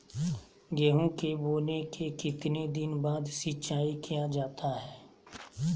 गेंहू के बोने के कितने दिन बाद सिंचाई किया जाता है?